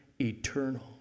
eternal